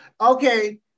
Okay